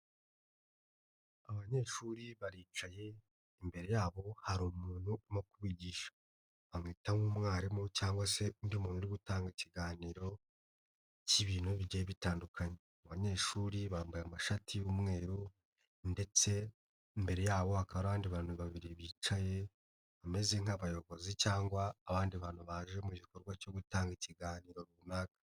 Abanyeshuri baricaye imbere yabo hari umuntu urimo kubigisha, bamwita nk'umwarimu cyangwa se undi muntu uri gutanga ikiganiro cy'ibintu bigiye bitandukanye, abanyeshuri bambaye amashati y'umweru ndetse imbere yabo hakaba hari abandi bantu babiri bicaye, bameze nk'abayobozi cyangwa abandi bantu baje mu gikorwa cyo gutanga ikiganiro runaka.